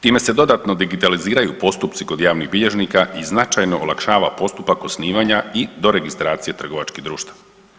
Time se dodatno digitaliziraju postupci kod javnih bilježnika i značajno olakšava postupak osnivanja i doregistracije trgovačkih društava.